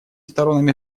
сторонами